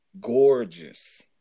gorgeous